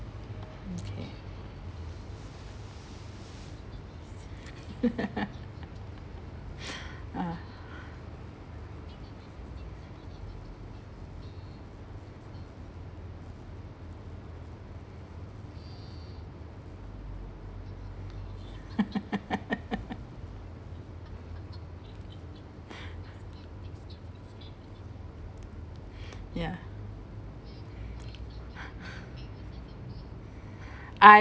okay ah ya I